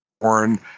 born